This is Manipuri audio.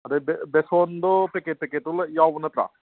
ꯑꯗꯒꯤ ꯕꯦꯁꯣꯟꯗꯣ ꯄꯦꯀꯦꯠ ꯄꯦꯀꯦꯠꯇꯣ ꯌꯥꯎꯕ ꯅꯠꯇ꯭ꯔꯣ